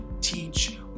teach